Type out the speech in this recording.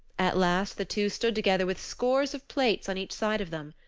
at last the two stood together with scores of plates on each side of them.